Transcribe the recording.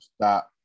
stop